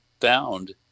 found